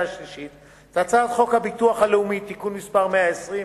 שלישית את הצעת חוק הביטוח הלאומי (תיקון מס' 120),